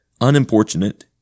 unimportunate